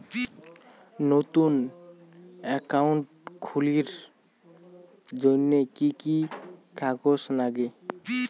নতুন একাউন্ট খুলির জন্যে কি কি কাগজ নাগে?